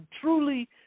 truly